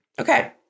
Okay